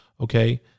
Okay